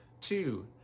Two